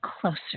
closer